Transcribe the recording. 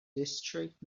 district